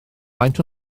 faint